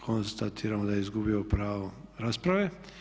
Konstatiramo da je izgubio pravo rasprave.